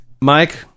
Mike